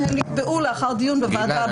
נקבעו לאחר דיון בוועדה בין-משרדית.